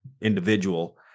individual